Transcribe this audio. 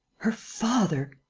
her father!